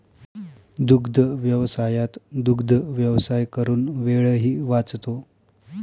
दुग्धव्यवसायात दुग्धव्यवसाय करून वेळही वाचतो